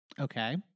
okay